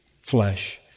flesh